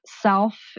self